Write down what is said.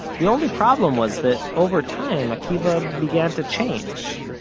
the only problem was that over time, akivah began to change.